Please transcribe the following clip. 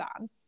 on